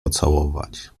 pocałować